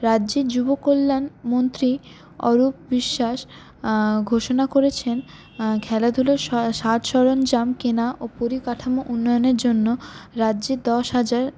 রাজ্যের যুবকল্যাণ মন্ত্রী অরূপ বিশ্বাস ঘোষণা করেছেন খেলাধুলোর সাজ সরঞ্জাম কেনা ও পরিকাঠামো উন্নয়নের জন্য রাজ্যে দশ হাজার